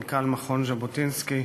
מנכ"ל מכון ז'בוטינסקי,